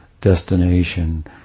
destination